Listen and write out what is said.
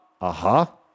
aha